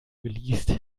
geleast